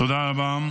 תודה רבה.